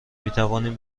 میتوانیم